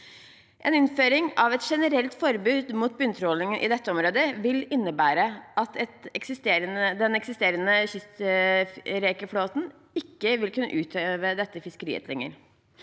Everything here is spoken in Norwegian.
En innføring av et generelt forbud mot bunntråling i dette området vil innebære at den eksisterende kystrekeflåten ikke vil kunne utøve dette fiskeriet lenger.